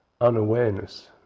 unawareness